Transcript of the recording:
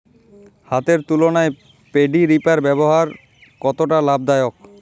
হাতের তুলনায় paddy reaper ব্যবহার কতটা লাভদায়ক?